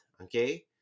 okay